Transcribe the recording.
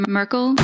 Merkel